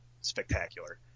Spectacular